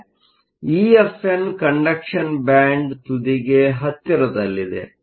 ಆದ್ದರಿಂದ EFn conduction ಬ್ಯಾಂಡ್Conduction band ತುದಿಗೆ ಹತ್ತಿರದಲ್ಲಿದೆ